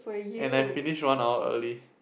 and I finish one hour early